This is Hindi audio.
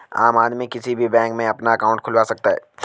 आम आदमी किसी भी बैंक में अपना अंकाउट खुलवा सकता है